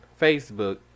Facebook